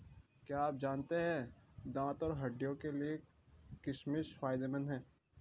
क्या आप जानते है दांत और हड्डियों के लिए किशमिश फायदेमंद है?